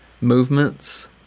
movements